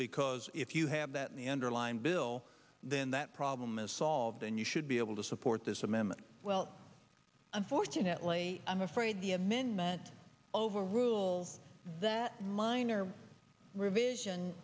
because if you have that in the underlying bill then the the problem is solved and you should be able to support this m m well unfortunately i'm afraid the amendment overrule that minor revision